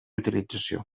utilització